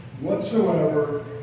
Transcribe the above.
whatsoever